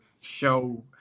show